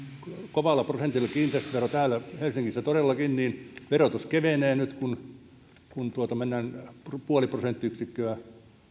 kovalla prosentilla kiinteistöveroa täällä helsingissä todellakin verotus kevenee nyt kun kun mennään puoli prosenttiyksikköä